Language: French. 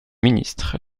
ministre